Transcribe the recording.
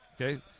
Okay